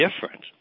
different